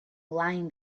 lying